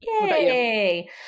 Yay